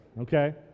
okay